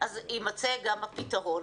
אז יימצא גם הפתרון.